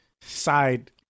side